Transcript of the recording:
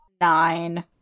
Nine